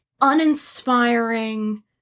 uninspiring